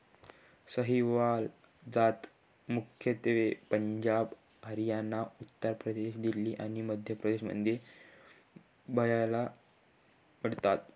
सहीवाल जात मुख्यत्वे पंजाब, हरियाणा, उत्तर प्रदेश, दिल्ली आणि मध्य प्रदेश मध्ये बघायला मिळतात